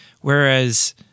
whereas